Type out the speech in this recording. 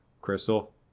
Crystal